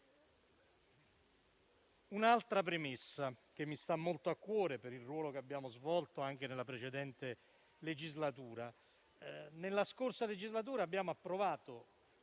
un'altra premessa, che mi sta molto a cuore per il ruolo che abbiamo svolto nella precedente legislatura, nella quale abbiamo approvato